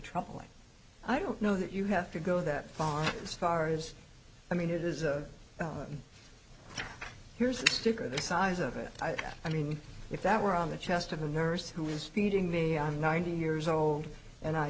troubling i don't know that you have to go that far stars i mean it is a here's a sticker the size of it i mean if that were on the chest of a nurse who is feeding me i'm ninety years old and i